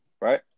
right